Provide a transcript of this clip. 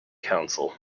council